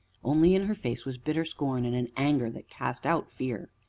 only in her face was bitter scorn, and an anger that cast out fear.